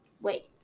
Wait